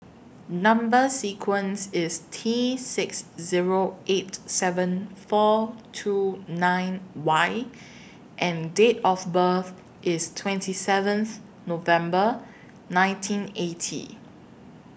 Number sequence IS T six Zero eight seven four two nine Y and Date of birth IS twenty seventh November nineteen eighty